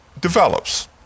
develops